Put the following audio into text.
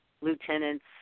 lieutenants